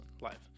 live